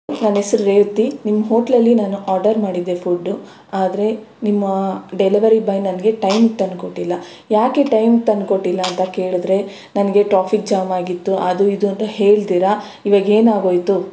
ನನ್ನ ಹೆಸರು ರೇವತಿ ನಿಮ್ಮ ಹೋಟೆಲಲ್ಲಿ ನಾನು ಆರ್ಡರ್ ಮಾಡಿದ್ದೆ ಫುಡ್ಡು ಆದರೆ ನಿಮ್ಮ ಡೆಲವರಿ ಬಾಯ್ ನನಗೆ ಟೈಮ್ಗೆ ತಂದುಕೊಟ್ಟಿಲ್ಲ ಯಾಕೆ ಟೈಮ್ಗೆ ತಂದುಕೊಟ್ಟಿಲ್ಲ ಅಂತ ಕೇಳಿದರೆ ನನಗೆ ಟ್ರಾಫಿಕ್ ಜಾಮ್ ಆಗಿತ್ತು ಅದು ಇದು ಅಂತ ಹೇಳ್ದಿರ ಇವಾಗ ಏನ್ ಆಗೋಯಿತು